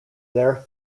their